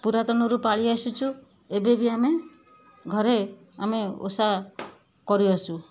ପୁରାତନରୁ ପାଳି ଆସିଛୁ ଏବେ ବି ଆମେ ଘରେ ଆମେ ଓଷା କରିଆସୁ